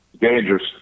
Dangerous